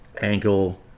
ankle